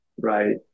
right